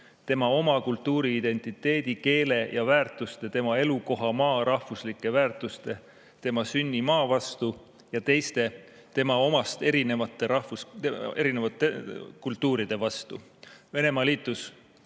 tema oma kultuuriidentiteedi, keele ja väärtuste, tema elukohamaa rahvuslike väärtuste, tema sünnimaa vastu ja teiste, tema omast erinevate kultuuride vastu." Venemaa liitus